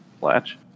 latch